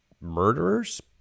murderers